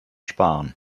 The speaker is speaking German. sparen